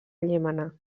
llémena